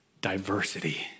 Diversity